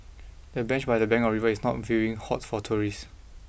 the bench by the bank of the river is a viewing hot for tourists